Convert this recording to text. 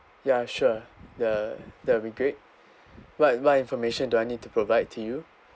ya sure the that will be great what what information do I need to provide to you